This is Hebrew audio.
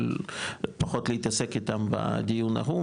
פחות להתעסק איתם בדיון ההוא,